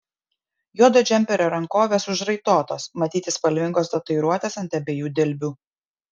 juodo džemperio rankovės užraitotos matyti spalvingos tatuiruotės ant abiejų dilbių